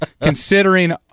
considering